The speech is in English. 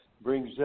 brings